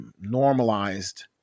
normalized